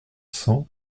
cents